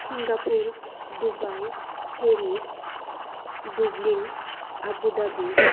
Singapore Dubai Paris Dublin Abu Dhabi